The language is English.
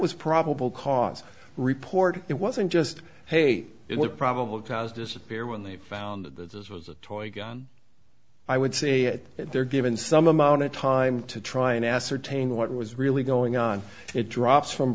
was probable cause report it wasn't just hey it was probable cause disappear when they found that this was a toy gun i would say that they're given some amount of time to try and ascertain what was really going on it drops from